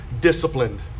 disciplined